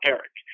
Eric